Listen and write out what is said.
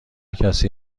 کسی